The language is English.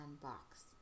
box